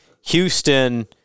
Houston